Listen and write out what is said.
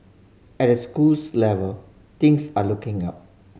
at the schools level things are looking up